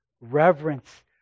reverence